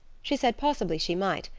she said possibly she might,